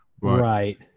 Right